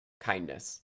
kindness